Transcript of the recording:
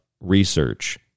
research